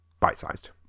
bite-sized